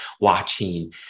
watching